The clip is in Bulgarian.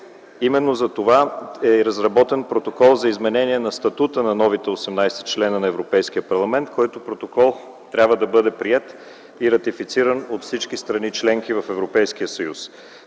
избрани. Затова е разработен протокол за изменение на статута на новите осемнадесет членове на Европейския парламент. Протоколът трябва да бъде приет и ратифициран от всички страни членки на Европейския съюз.